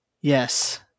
Yes